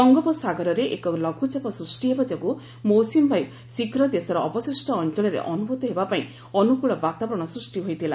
ବଙ୍ଗୋପସାଗରରେ ଏକ ଲଘ୍ରଚାପ ସୃଷ୍ଟି ହେବା ଯୋଗୁଁ ମୌସ୍ତମୀ ବାୟ ଶୀଘ୍ର ଦେଶର ଅବଶିଷ୍ଟ ଅଞ୍ଚଳରେ ଅନ୍ତଭ୍ତି ହେବାପାଇଁ ଅନୁକୁଳ ବାତାବରଣ ସୃଷ୍ଟି ହୋଇଥିଲା